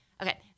Okay